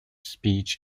speech